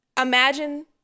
imagine